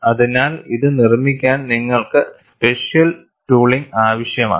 അതിനാൽ ഇത് നിർമ്മിക്കാൻ നിങ്ങൾക്ക് സ്പെഷ്യൽ ടൂളിങ് ആവശ്യമാണ്